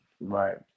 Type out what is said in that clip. Right